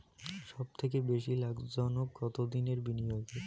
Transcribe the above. সবথেকে বেশি লাভজনক কতদিনের বিনিয়োগ?